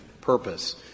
purpose